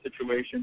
situation